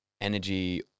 energy